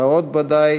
בירושלים.